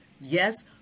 Yes